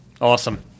Awesome